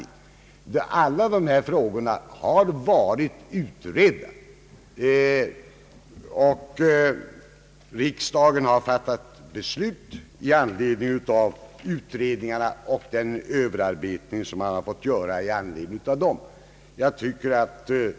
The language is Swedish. Alla dessa frågor har blivit utredda, och riksdagen har nyligen fattat beslut.